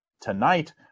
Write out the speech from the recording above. tonight